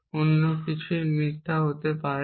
অন্য কিছুই মিথ্যা হতে পারে না